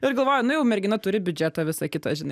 ir galvoju nu jau mergina turi biudžetą visa kita žinai